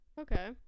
Okay